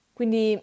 Quindi